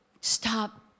stop